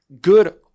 good